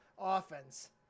offense